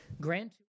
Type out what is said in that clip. grant